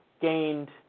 gained